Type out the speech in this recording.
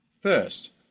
First